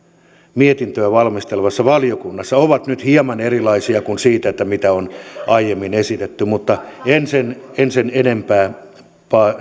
mietintöä valmistelevassa valiokunnassa ovat nyt hieman erilaisia kuin mitä on aiemmin esitetty mutta en sen en sen enempää